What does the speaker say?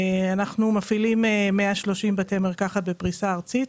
אנחנו מפעילים 130 בתי מרקחת בפריסה ארצית.